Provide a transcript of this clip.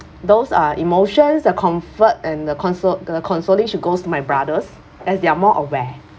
those uh emotions the comfort and the console the consoling should goes to my brothers as they are more aware